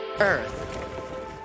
earth